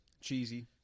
cheesy